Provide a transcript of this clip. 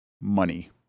money